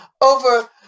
over